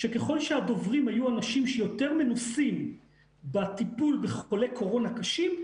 שככל שהדוברים היו אנשים שיותר מנוסים בטיפול בחולי קורונה קשים,